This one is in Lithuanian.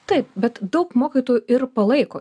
taip bet daug mokytojų ir palaiko